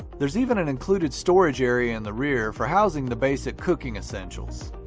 there's even an included storage area in the rear for housing the basic cooking essentials.